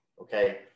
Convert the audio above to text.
okay